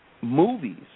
movies